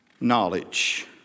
knowledge